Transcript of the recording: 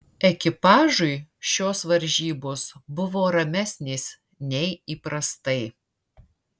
ekipažui šios varžybos buvo ramesnės nei įprastai